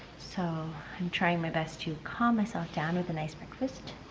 so i'm trying my best to calm myself down with a nice breakfast.